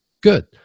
Good